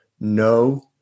no